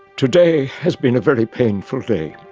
today has been a very painful day.